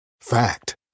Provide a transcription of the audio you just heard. Fact